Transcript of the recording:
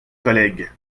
collègue